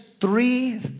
three